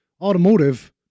automotive